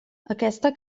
aquesta